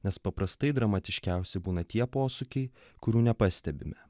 nes paprastai dramatiškiausi būna tie posūkiai kurių nepastebime